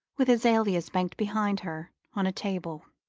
with azaleas banked behind her on a table.